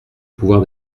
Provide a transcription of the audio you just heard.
pouvoir